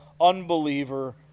unbeliever